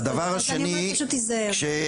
אז אני אומרת שתיזהר.